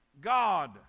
God